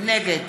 נגד